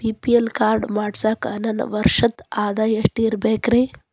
BPL card ಮಾಡ್ಸಾಕ ನನ್ನ ವರ್ಷದ್ ಆದಾಯ ಎಷ್ಟ ಇರಬೇಕ್ರಿ?